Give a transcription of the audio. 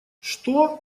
что